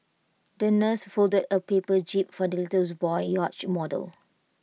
the nurse folded A paper jib for the little boy's yacht model